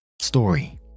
Story